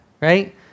Right